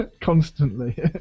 Constantly